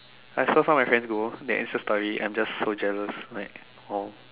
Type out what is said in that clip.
I so far my friend go their endless story I'm just for jealous right oh